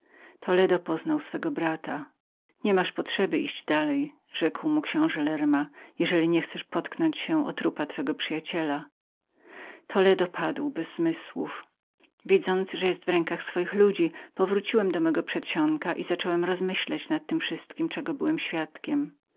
toledo poznał swego brata nie masz potrzeby iść dalej rzekł mu książe lerna jeżeli nie chcesz potknąć się o trupa twego przyjaciela toledo padł bez zmysłów widząc że był w rękach swoich ludzi powróciłem do mego przysionku i zacząłem rozmyślać nad tem wszystkiem czego byłem świadkiem